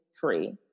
free